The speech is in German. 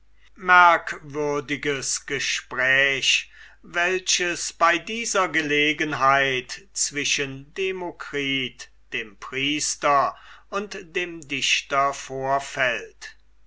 merkwürdiges gespräch welches bei dieser gelegenheit zwischen demokritus dem priester und dem dichter vorfällt